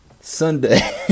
Sunday